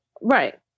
right